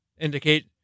indicate